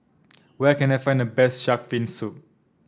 where can I find the best shark's fin soup